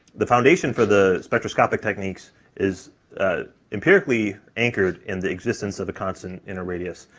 the foundation for the spectroscopic techniques is empirically anchored in the existence of a constant inner radius.